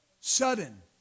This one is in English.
sudden